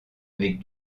avec